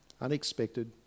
unexpected